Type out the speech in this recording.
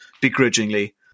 Begrudgingly